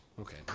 Okay